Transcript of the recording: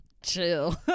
chill